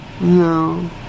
No